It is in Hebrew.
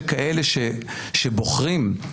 שכאלה שבוחרים,